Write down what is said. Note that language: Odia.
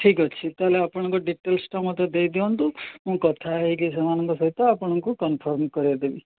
ଠିକ୍ ଅଛି ତା'ହେଲେ ଆପଣଙ୍କ ଡିଟେଲସ୍ଟା ମତେ ଦେଇଦିଅନ୍ତୁ ମୁଁ କଥା ହେଇକି ସେମାନଙ୍କ ସହିତ ଆପଣଙ୍କୁ କନଫର୍ମ୍ କରେଇଦେବି